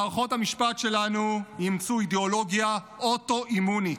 מערכות המשפט שלנו אימצו אידאולוגיה אוטו-אימונית: